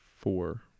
Four